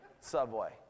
Subway